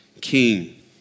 king